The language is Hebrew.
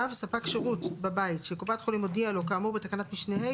(ו)ספק שירות בבית שקופת חולים הודיעה לו כאמור בתקנת משנה (ה),